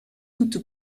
toute